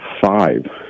five